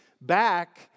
back